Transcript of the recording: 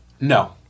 No